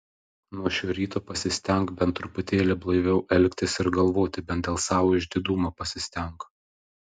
nuo šio ryto pasistenk bent truputėlį blaiviau elgtis ir galvoti bent dėl savo išdidumo pasistenk